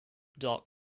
dark